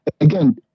again